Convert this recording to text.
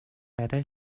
арай